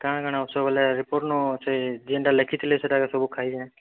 କା'ଣା କା'ଣା ଓଷୋ ବୋଏଲେ ରିପୋର୍ଟ୍ ନେ ସେ ଯେନ୍ଟା ଲେଖିଥିଲେ ସେଟା ସବୁ ଖାଇଛେଁ